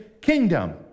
kingdom